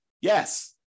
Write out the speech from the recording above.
Yes